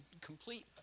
complete